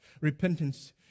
Repentance